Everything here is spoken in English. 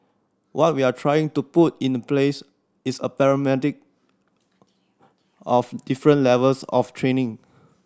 what we're trying to put in place is a of different levels of training